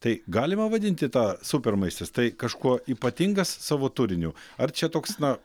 tai galima vadinti tą super maistas tai kažkuo ypatingas savo turiniu ar čia toks na